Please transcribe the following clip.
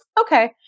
okay